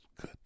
Good